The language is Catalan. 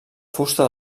fusta